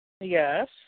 Yes